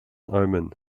omen